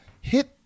hit